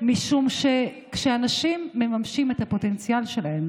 משום שכשאנשים מממשים את הפוטנציאל שלהם